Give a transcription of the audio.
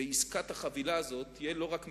ועסקת החבילה הזאת תהיה לא רק ממשלה,